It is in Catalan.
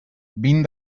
vint